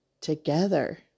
together